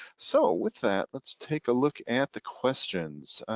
so with that, let's take a look at the questions,